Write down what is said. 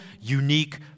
unique